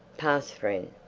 pass, friend!